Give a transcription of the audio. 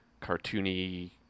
cartoony